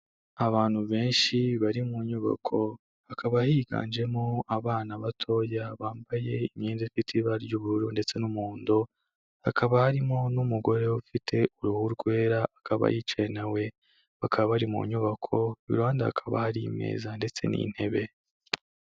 Abantu benshi bari mu nyubako hakaba higanjemo abana batoya bambaye imyenda ifite ibara ry'ubururu ndetse n'umuhondo, hakaba harimo n'umugore ufite uruhu rwera akaba yicaye nawe bakaba bari mu nyubako, iruhande hakaba hari ameza ndetse n'intebe.